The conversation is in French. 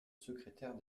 secrétaire